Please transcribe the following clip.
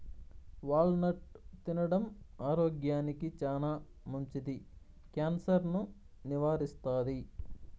wall నట్ తినడం ఆరోగ్యానికి చానా మంచిది, క్యాన్సర్ ను నివారిస్తాది